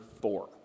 four